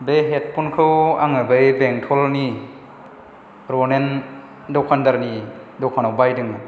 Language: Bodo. बे हेदफनखौ आङो बै बेंथलनि रनेन दखानदारनि दखानाव बायदोंमोन